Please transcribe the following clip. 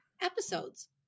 episodes